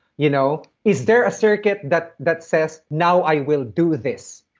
you know is there a circuit that that says, now i will do this?